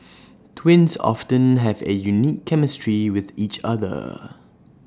twins often have A unique chemistry with each other